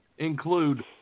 include